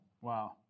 Wow